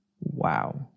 wow